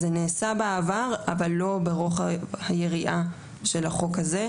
אז זה נעשה בעבר אבל לא ברוחב היריעה של החוק הזה.